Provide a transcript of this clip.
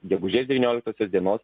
gegužės devynioliktosios dienos